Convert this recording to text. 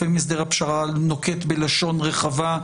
לפעמים הסדר הפשרה נוקט בלשון רחבה,